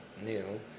new